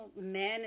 men